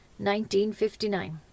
1959